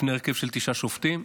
בפני הרכב של תשעה שופטים,